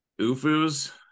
UFUs